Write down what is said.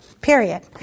period